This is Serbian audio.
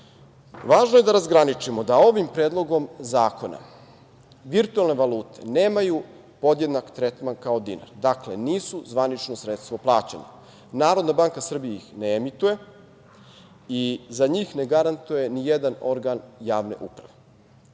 je da razgraničimo da ovim Predlogom zakona virtuelne valute nemaju podjednak tretman kao dinar. Dakle, nisu zvanično sredstvo plaćanja. Narodna banka Srbije ih ne emituje i za njih ne garantuje n i jedan organ javne uprave,